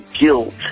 guilt